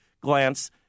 glance